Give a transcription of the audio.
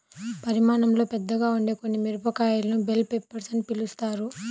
పరిమాణంలో పెద్దగా ఉండే కొన్ని మిరపకాయలను బెల్ పెప్పర్స్ అని పిలుస్తారు